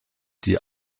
die